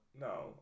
no